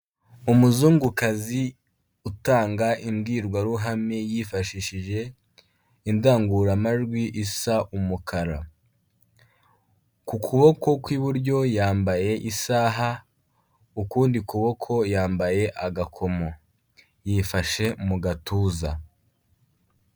Umuzungukazi utanga imbwirwaruhame yifashishije indangururamajwi isa umukara. Ku kuboko ku iburyo yambaye isaha, ukundi kuboko yambaye agakomo, yifashe mu gatuza.